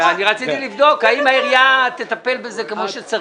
רציתי לבדוק האם העירייה תטפל בזה כמו שצריך.